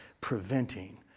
preventing